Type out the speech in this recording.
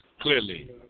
Clearly